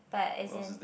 but as in